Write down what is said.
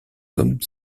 comme